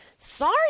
sorry